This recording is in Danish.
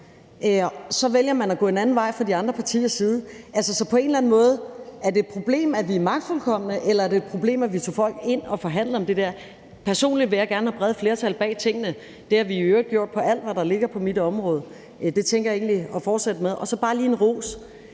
Så vælger man at gå en anden vej fra de andre partiers side. Så på en eller anden måde er spørgsmålet, om det er et problem, at vi er magtfuldkomne, eller om det er et problem, at vi tog folk ind og forhandlede om det her. Personligt vil jeg gerne have brede flertal bag tingene. Det har vi i øvrigt gjort med alt, hvad der ligger på mit område, og det tænker jeg egentlig at fortsætte med. Så har jeg også bare lige en ros,